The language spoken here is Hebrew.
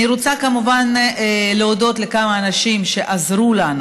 אני רוצה כמובן להודות לכמה אנשים שעזרו לנו